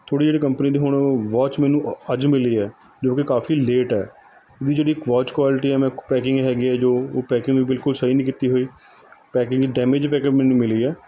ਤੁਹਾਡੀ ਜਿਹੜੀ ਕੰਪਨੀ ਦੀ ਹੁਣ ਵੌਚ ਮੈਨੂੰ ਅ ਅੱਜ ਮਿਲੀ ਹੈ ਜੋ ਕਿ ਕਾਫੀ ਲੇਟ ਹੈ ਉਹਦੀ ਜਿਹੜੀ ਵੌਚ ਕੁਆਲਿਟੀ ਆ ਮੈਂ ਕੋ ਪੈਕਿੰਗ ਹੈਗੀ ਹੈ ਜੋ ਉਹ ਪੈਕਿੰਗ ਬਿਲਕੁਲ ਸਹੀ ਨਹੀਂ ਕੀਤੀ ਹੋਈ ਪੈਕਿੰਗ ਡੈਮੇਜ ਪੈਕ ਮੈਨੂੰ ਮਿਲੀ ਹੈ